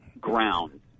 ground